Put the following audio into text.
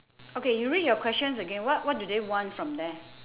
okay you read your questions again what what do they want from there